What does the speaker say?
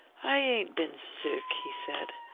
i ain't been sick, he said.